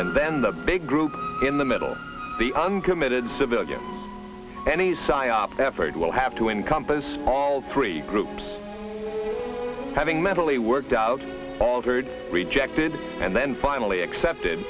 and then the big group in the middle the uncommitted civilians any psyop effort will have to encompass all three groups having mentally worked out altered rejected and then finally accepted